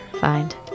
find